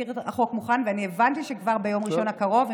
ואני הבנתי שכבר ביום ראשון הקרוב,